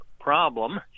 problem